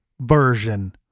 version